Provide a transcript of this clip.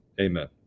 amen